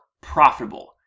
profitable